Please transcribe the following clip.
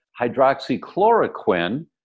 hydroxychloroquine